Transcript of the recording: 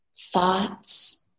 thoughts